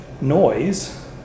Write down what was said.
noise